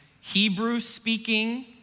Hebrew-speaking